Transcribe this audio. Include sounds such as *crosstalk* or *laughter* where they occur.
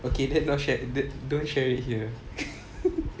okay then not shared that don't share it here *laughs*